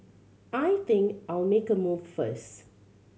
I think I'll make a move first